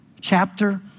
chapter